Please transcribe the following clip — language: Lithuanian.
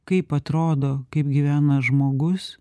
kaip atrodo kaip gyvena žmogus